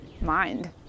mind